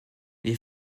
les